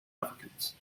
africans